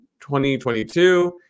2022